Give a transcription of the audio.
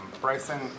Bryson